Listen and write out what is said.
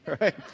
Right